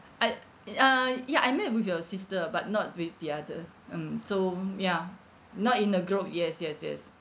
I ya uh ya I met with your sister but not with the other mm so ya not in a group yes yes yes